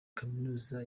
kaminuza